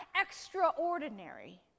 extraordinary